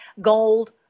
Gold